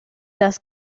das